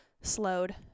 slowed